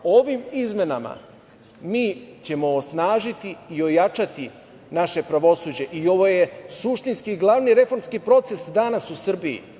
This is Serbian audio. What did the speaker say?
Ovim izmenama mi ćemo osnažiti i ojačati naše pravosuđe i ovo je suštinski glavni reformski proces danas u Srbiji.